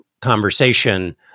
conversation